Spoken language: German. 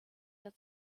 der